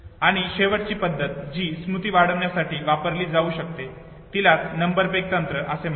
आणि शेवटची पद्धत जी स्मृती वाढवण्यासाठी वापरली जाऊ शकते तिलाच नंबर पेग तंत्र असे म्हणतात